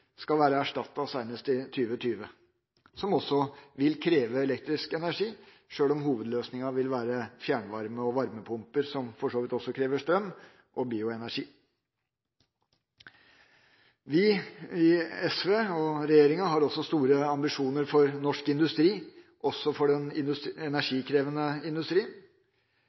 skal være erstattet senest i 2020. Det vil kreve elektrisk energi, sjøl om hovedløsninga vil være fjernvarme og varmepumper – som for så vidt også krever strøm – og bioenergi. Vi i SV og regjeringa har også store ambisjoner for norsk industri – også for den energikrevende industrien.